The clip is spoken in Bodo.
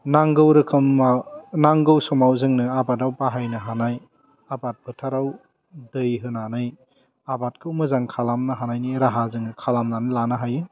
नांगौ रोखोमाव नांगौ समाव जोंनो आबादाव बाहायनो हानाय आबाद फोथाराव दै होनानै आबादखौ मोजां खालामनो हानायनि राहा जोङो खालामनानै लानो हायो